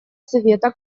совета